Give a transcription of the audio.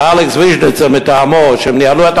ואלכס ויז'ניצר מטעמו,